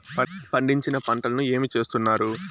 పండించిన పంటలని ఏమి చేస్తున్నారు?